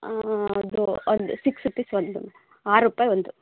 ಅದು ಅದು six rupees ಒಂದು ಆರು ರೂಪಾಯಿ ಒಂದು